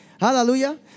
Hallelujah